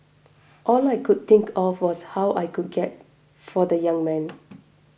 all I could think of was how I could get help for the young man